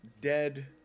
dead